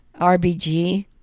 RBG